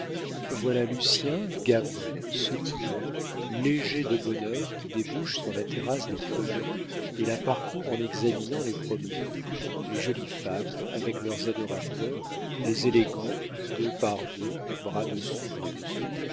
voilà lucien gabant sautillant léger de bonheur qui débouche sur la terrasse des feuillants et la parcourt en examinant les promeneurs les jolies femmes avec leurs adorateurs les élégants deux par deux bras dessus bras dessous